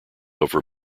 over